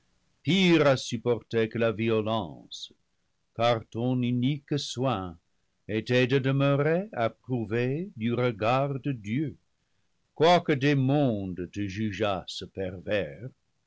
à supporter que la violence car ton unique soin était de demeurer ap prouvé du regard de dieu quoique des mondes te jugeassent pervers